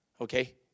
Okay